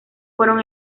fueron